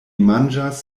manĝas